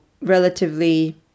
relatively